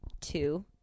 two